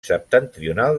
septentrional